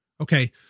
Okay